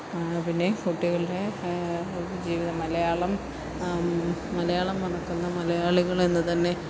പിന്നെ കുട്ടികളുടെ ജീവിതം മലയാളം മലയാളം മറക്കുന്ന മലയാളികളെന്ന് തന്നെ